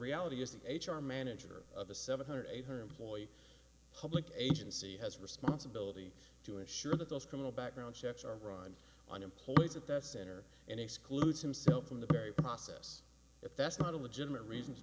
reality is the h r manager of the seven hundred eight her employees public agency has a responsibility to ensure that those criminal background checks are run on employees at that center and excludes himself from the very process if that's not a legitimate reason